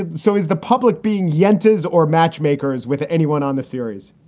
and so is the public being yentas or matchmakers with anyone on the series?